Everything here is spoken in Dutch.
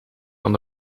van